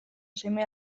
seme